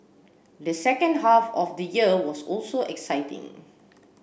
the second half of the year was also exciting